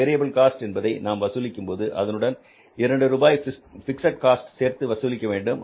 variable cost என்பதை நாம் வசூலிக்கும் போது அதனுடன் இரண்டு ரூபாய் பிக்ஸட் காஸ்ட் சேர்த்து வசூலிக்க வேண்டும்